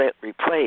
replace